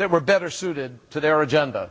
that were better suited to their agenda